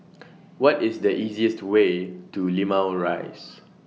What IS The easiest Way to Limau Rise